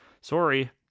Sorry